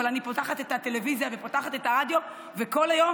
אבל אני פותחת את הטלוויזיה ופותחת את הרדיו וכל היום